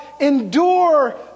endure